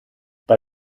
bei